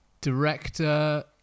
director